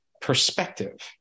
perspective